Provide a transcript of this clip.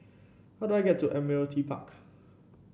how do I get to Admiralty Park